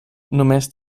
només